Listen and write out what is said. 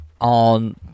on